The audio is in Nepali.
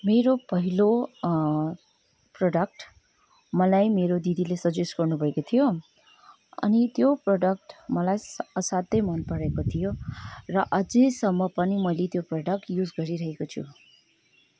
मेरो पहिले प्रडक्ट मलाई मेरो दिदीले सजेस्ट गर्नु भएको थियो अनि त्यो प्रडक्ट मलाई असाध्यै मन परेको थियो र अझैसम्म पनि मैले त्यो प्रडक्ट युज गरिरहेको छु